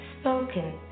spoken